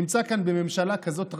נמצא כאן בממשלה כזאת רעה,